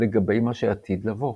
לגבי מה שעתיד לבוא.